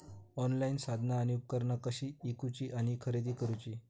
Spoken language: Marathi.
ऑनलाईन साधना आणि उपकरणा कशी ईकूची आणि खरेदी करुची?